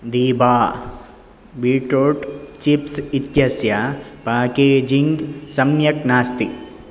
दीबा beetroot chips इत्यस्य packaging सम्यक् नास्ति